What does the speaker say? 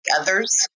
others